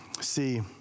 see